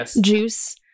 juice